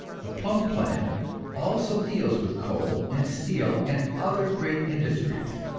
the plumb plan also deals with coal and steel and other great industries.